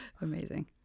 Amazing